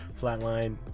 flatline